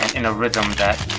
in a rhythm that